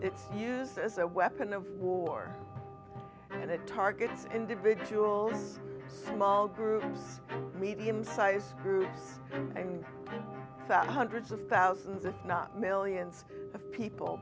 it's used as a weapon of war and it targets individual small groups medium sized groups and sat hundreds of thousands if not millions of people